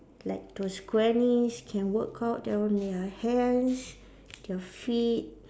like those grannies can work out their on their hands their feet